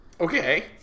Okay